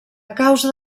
causa